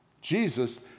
Jesus